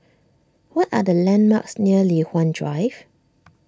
what are the landmarks near Li Hwan Drive